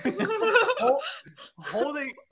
Holding